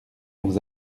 aux